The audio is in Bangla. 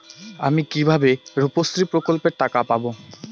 আমি কিভাবে রুপশ্রী প্রকল্পের টাকা পাবো?